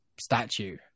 statue